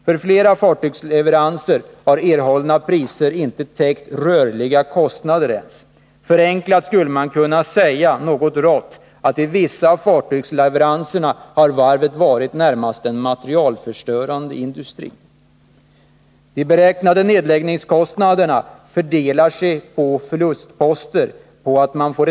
För flera fartygsleveranser har erhållna priser inte ens täckt rörliga kostnader. Förenklat skulle man, något rått, kunna säga att varvet vid vissa av fartygsleveranserna närmast har varit en materialförstörande industri. De beräknade nedläggningskostnaderna kan delas upp i följande delposter.